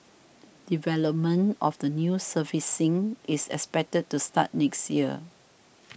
development of the new surfacing is expected to start next year